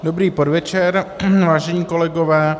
Dobrý podvečer, vážení kolegové.